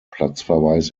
platzverweis